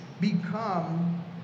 become